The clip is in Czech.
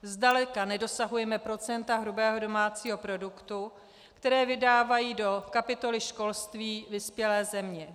Zdaleka nedosahujeme procenta hrubého domácího produktu, které vydávají do kapitoly školství vyspělé země.